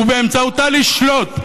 ובאמצעותה לשלוט,